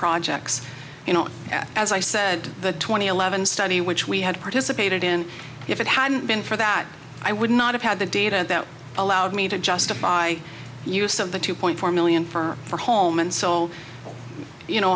projects you know as i said the two thousand and eleven study which we had participated in if it hadn't been for that i would not have had the data that allowed me to justify use of the two point four million for home and so you